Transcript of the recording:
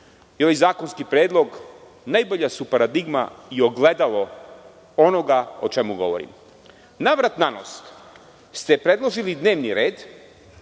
i ovaj zakonski predlog najbolja su paradigma i ogledalo onoga o čemu govorim. Navrat-nanos ste predložili dnevni red,